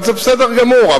זה בסדר גמור,